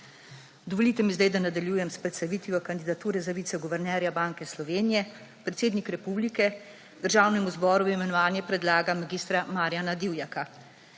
Dovolite mi sedaj, da nadaljujem s predstavitvijo kandidature za viceguvernerja Banka Slovenije. Predsednik republike Državnemu zboru v imenovanje predlaga mag. Marjana Divjaka,